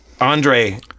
Andre